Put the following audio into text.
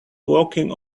walking